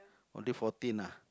only fourteen ah